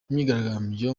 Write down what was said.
imyigaragambyo